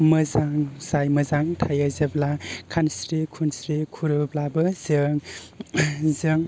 मोजां जायो मोजां थायो जेब्ला खानस्रि खुनस्रि खुरोब्लाबो जों जों